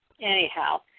anyhow